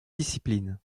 discipline